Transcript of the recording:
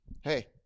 Hey